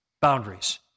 boundaries